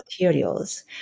materials